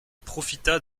profita